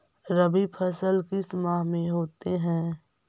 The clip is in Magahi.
रवि फसल किस माह में होते हैं?